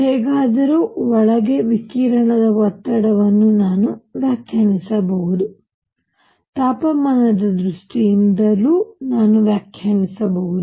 ಹೇಗಾದರೂ ಒಳಗೆ ವಿಕಿರಣದ ಒತ್ತಡವನ್ನು ನಾನು ವ್ಯಾಖ್ಯಾನಿಸಬಹುದು ತಾಪಮಾನದ ದೃಷ್ಟಿಯಿಂದ ನಾನು ವ್ಯಾಖ್ಯಾನಿಸಬಹುದು